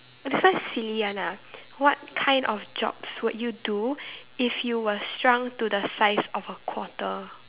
this one silly one ah what kind of jobs would you do if you were shrunk to the size of a quarter